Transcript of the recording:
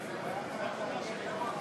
המברכים יסיימו את הברכות.